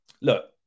look